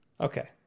Okay